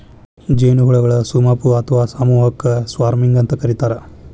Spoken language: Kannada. ಜೇನುಹುಳಗಳ ಸುಮಪು ಅತ್ವಾ ಸಮೂಹಕ್ಕ ಸ್ವಾರ್ಮಿಂಗ್ ಅಂತ ಕರೇತಾರ